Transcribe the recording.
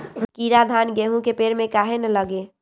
कीरा धान, गेहूं के पेड़ में काहे न लगे?